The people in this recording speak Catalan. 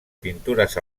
pintures